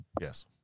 Yes